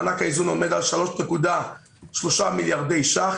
מענק האיזון עומד על 3.3 מיליארדי שקלים.